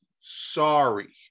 sorry